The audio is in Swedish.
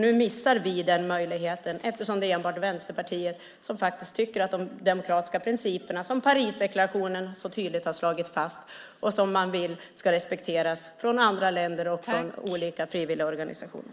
Nu missar vi den möjligheten eftersom det enbart är Vänsterpartiet som värnar de demokratiska principerna som Parisdeklarationen tydligt har slagit fast och som man vill ska respekteras från andra länder och olika frivilligorganisationer.